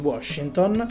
Washington